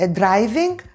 driving